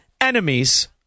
enemies